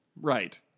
Right